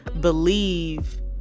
believe